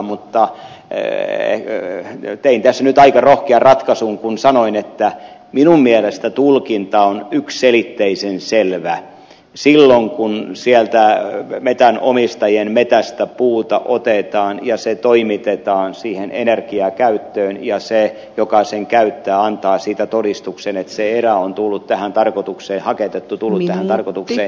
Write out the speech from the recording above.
mutta tein tässä nyt aika rohkean ratkaisun kun sanoin että minun mielestäni tulkinta on yksiselitteisen selvä silloin kun sieltä metsänomistajien metsästä puuta otetaan ja se toimitetaan siihen energiakäyttöön ja se joka sen käyttää antaa siitä todistuksen että se haketettu erä on tullut tähän tarkoitukseen